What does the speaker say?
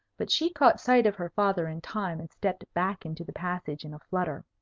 but she caught sight of her father in time, and stepped back into the passage in a flutter.